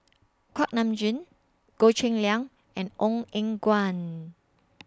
Kuak Nam Jin Goh Cheng Liang and Ong Eng Guan